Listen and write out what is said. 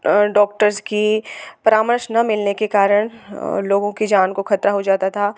doctors की परामर्श ना मिलने के कारण लोगों की जान को खतरा हो जाता था